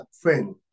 friend